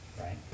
right